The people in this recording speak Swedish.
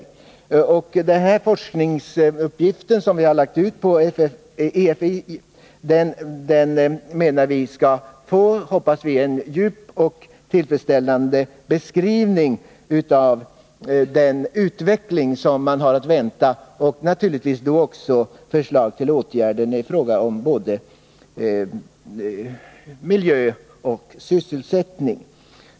Vi menar att den forskningsuppgift som vi har lagt ut på EFI förhoppningsvis skall ge en djup och tillfredsställande beskrivning av den utveckling som man har att vänta liksom naturligtvis också förslag till åtgärder i fråga om både miljö och sysselsättning.